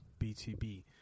btb